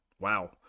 wow